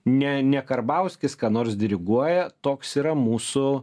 ne ne karbauskis ką nors diriguoja toks yra mūsų